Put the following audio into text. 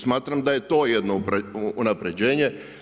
Smatram da je to jedno unapređenje.